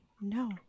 No